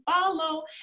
follow